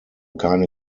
keine